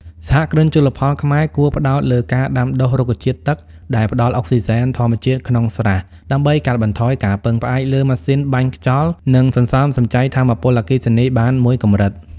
សហគ្រិនជលផលខ្មែរគួរផ្តោតលើការដាំដុះរុក្ខជាតិទឹកដែលផ្ដល់អុកស៊ីហ្សែនធម្មជាតិក្នុងស្រះ ដើម្បីកាត់បន្ថយការពឹងផ្អែកលើម៉ាស៊ីនបាញ់ខ្យល់ និងសន្សំសំចៃថាមពលអគ្គិសនីបានមួយកម្រិត។